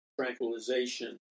tranquilization